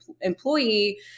employee